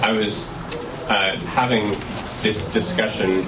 i was having this discussion